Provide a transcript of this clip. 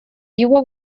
его